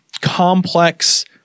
complex